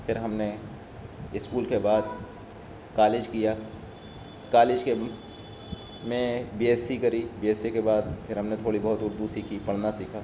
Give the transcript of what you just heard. پھر ہم نے اسکول کے بعد کالج کیا کالج کے میں بی ایس سی کری بی ایس سی کے بعد پھر ہم نے تھوڑی بہت اردو سیکھی پڑھنا سیکھا